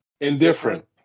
Indifferent